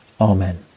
Amen